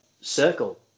circle